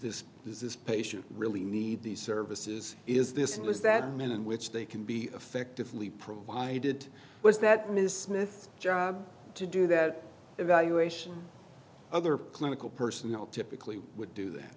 this does this patient really need these services is this and was that men and which they can be effectively provided was that ms smith job to do that evaluation other clinical personnel typically would do that